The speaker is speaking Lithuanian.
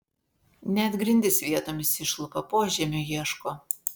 net grindis vietomis išlupa požemio ieško